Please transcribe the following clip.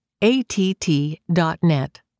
att.net